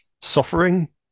suffering